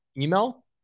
email